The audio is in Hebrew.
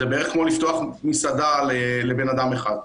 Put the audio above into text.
זה בערך כמו לפתוח מסעדה לבן אדם אחד.